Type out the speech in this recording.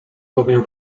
bowiem